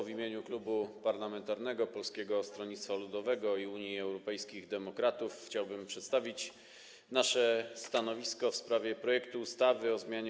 W imieniu Klubu Poselskiego Polskiego Stronnictwa Ludowego - Unii Europejskich Demokratów chciałbym przedstawić nasze stanowisko w sprawie projektu ustawy o zmianie